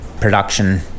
production